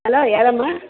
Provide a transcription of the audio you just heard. hello ಯಾರಮ್ಮ